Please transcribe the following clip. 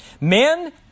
Men